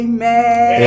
Amen